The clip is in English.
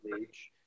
age